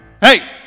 Hey